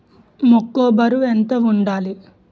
మొక్కొ బరువు ఎంత వుండాలి?